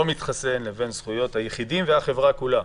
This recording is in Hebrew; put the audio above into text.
מתחסן לבין זכויות היחידים והחברה כולה,